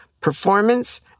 performance